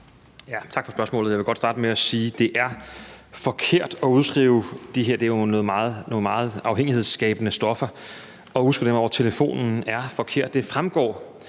Tak for spørgsmålet. Jeg vil godt starte med at sige, at det er forkert at udskrive de her stoffer over telefonen. Det er jo nogle meget afhængighedsskabende stoffer, og udskrivninger af dem over telefonen er forkert. Det fremgår